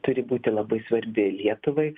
turi būti labai svarbi lietuvai